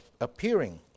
appearing